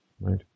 Right